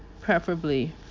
preferably